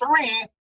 three